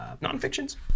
Non-fictions